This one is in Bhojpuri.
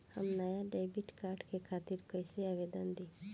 हम नया डेबिट कार्ड के खातिर कइसे आवेदन दीं?